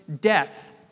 death